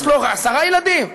יש לו עשרה ילדים,